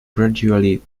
gradually